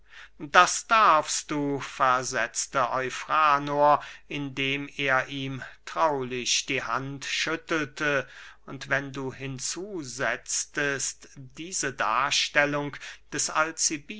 das darfst du versetzte eufranor indem er ihm traulich die hand schüttelte und wenn du hinzusetztest diese darstellung des